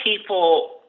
people